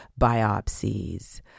biopsies